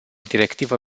directivă